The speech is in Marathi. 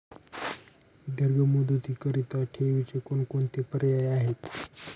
दीर्घ मुदतीकरीता ठेवीचे कोणकोणते पर्याय आहेत?